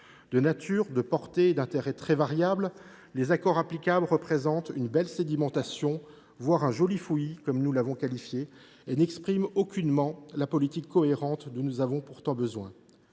De nature, de portée et d’intérêt très variables, les accords applicables représentent une belle sédimentation, voire un joli « fouillis »– nous les avons qualifiés ainsi –, et ne forment aucunement une politique cohérente, dont nous avons pourtant besoin.